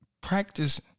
Practice